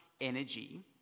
energy